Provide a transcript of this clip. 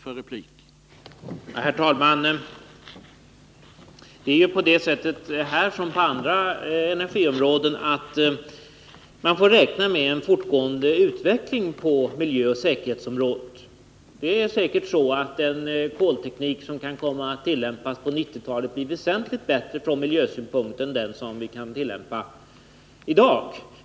Herr talman! Här som på andra energiområden får man räkna med en fortgående utveckling i fråga om miljö och säkerhet. Den kolteknik som kan komma att tillämpas på 1990-talet är säkert väsentligt bättre från miljösynpunkt än den som vi kan tillämpa i dag.